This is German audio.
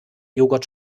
joghurt